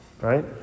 right